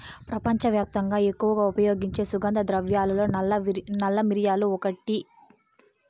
ప్రపంచవ్యాప్తంగా ఎక్కువగా ఉపయోగించే సుగంధ ద్రవ్యాలలో నల్ల మిరియాలు ఒకటి